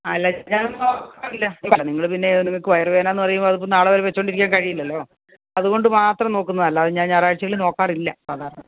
നിങ്ങൾ പിന്നെ നിങ്ങൾക്ക് വയറുവേദനാണെന്നു പറയുമ്പോൾ അതിപ്പം നാളെ വരെ വച്ചോണ്ടിരിക്കാൻ കഴിയില്ലല്ലോ അതു കൊണ്ടു മാത്രം നോക്കുന്നതാണ് അല്ലാതെ ഞാൻ ഞായറാഴ്ചകളിൽ നോക്കാറില്ല സാധാരണ